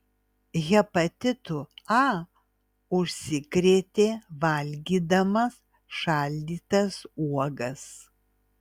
hepatitu a užsikrėtė valgydama šaldytas uogas